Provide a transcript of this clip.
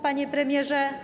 Panie Premierze!